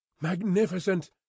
Magnificent